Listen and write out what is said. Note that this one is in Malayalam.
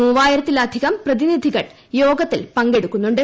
മൂവായിരത്തിലധികം പ്രതിനിധികൾ യോഗത്തിൽ പങ്കെടുക്കുന്നുണ്ട്